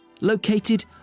located